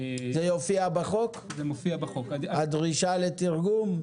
זה יופיע בחוק, הדרישה לתרגום?